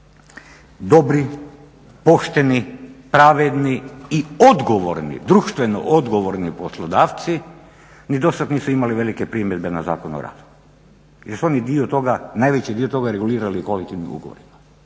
Dobri, pošteni, pravedni i odgovorni, društveno odgovorni poslodavci ni do sada nisu imali velike primjedbe na Zakon o radu jer su oni dio toga, najveći dio toga regulirali … dugovima.